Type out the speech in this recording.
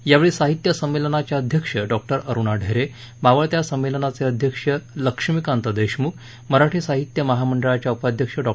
यावेळी साहित्य संमेलनाच्या अध्यक्ष डॉ अरुणा ढेरे मावळत्या संमेलनाचे अध्यक्ष लक्ष्मीकांत देशमुख मराठी साहित्य महामंडळाच्या उपाध्यक्ष डॉ